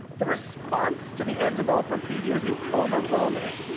the response to the n developer preview has been overwhelming.